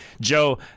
Joe